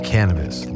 Cannabis